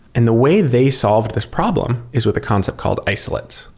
and the way they solved this problem is with a concept called isolate,